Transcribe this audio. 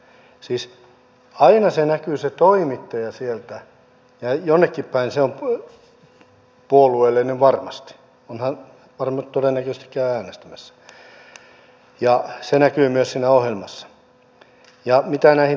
siis aina se näkyy se toimittaja sieltä ja jonnekin päin se on puolueellinen varmasti todennäköisesti käy äänestämässä ja se näkyy myös siinä ohjelmassa